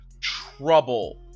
trouble